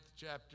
chapter